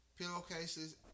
Pillowcases